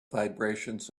vibrations